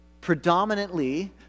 predominantly